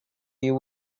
you